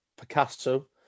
Picasso